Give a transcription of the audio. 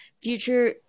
future